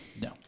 No